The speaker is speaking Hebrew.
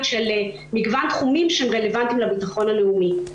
של מגוון תחומים שהם רלוונטיים לביטחון הלאומי.